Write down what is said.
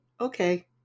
okay